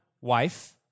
wife